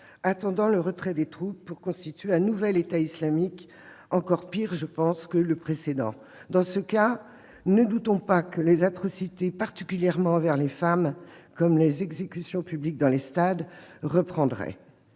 attendant le retrait des troupes pour constituer un nouvel État islamique, encore pire que le précédent. Ne doutons pas que les atrocités, particulièrement envers les femmes, comme les exécutions publiques dans les stades, reprendraient